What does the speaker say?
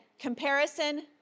comparison